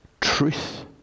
truth